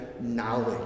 knowledge